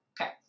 Okay